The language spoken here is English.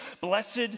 Blessed